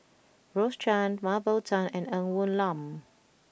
Rose Chan Mah Bow Tan and Ng Woon Lam